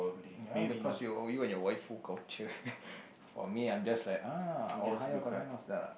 ya because you all and your waifu culture for me I just ah ohayogozaimasu